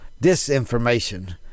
disinformation